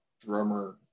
drummer